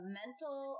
mental